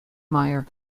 myer